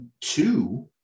two